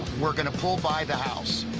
we're going to pull by the house.